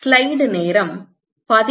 Fji என்றால் என்ன